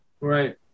Right